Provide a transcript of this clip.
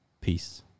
Peace